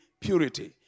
purity